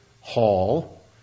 Hall